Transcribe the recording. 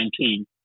2019